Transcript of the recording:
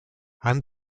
han